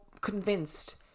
convinced